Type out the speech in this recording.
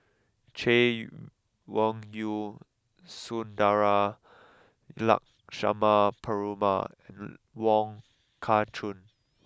Chay Weng Yew Sundara Lakshmana Perumal Wong Kah Chun